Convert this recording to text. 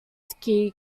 key